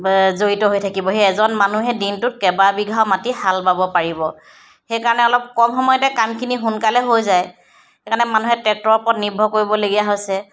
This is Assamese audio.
জড়িত হৈ থাকিব সেই এজন মানুহেই দিনটোত কেইবা বিঘাও মাটি হাল বাব পাৰিব সেইকাৰণে অলপ কম সময়তে কামখিনি সোনকালে হৈ যায় সেইকাৰণে মানুহে টেক্টৰৰ ওপৰত নিৰ্ভৰ কৰিবলগীয়া হৈছে